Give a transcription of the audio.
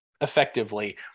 effectively